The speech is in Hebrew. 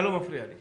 אתה לא מפריע לי.